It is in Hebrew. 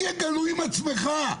תהיה גלוי עם עצמך.